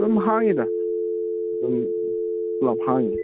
ꯑꯗꯨꯝ ꯍꯥꯡꯉꯤꯗ ꯑꯗꯨꯝ ꯄꯨꯂꯞ ꯍꯥꯡꯉꯤ